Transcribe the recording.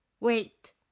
wait